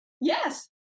Yes